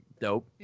Dope